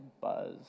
buzz